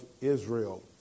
Israel